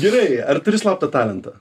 gerai ar turi slaptą talentą